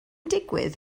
digwydd